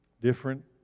different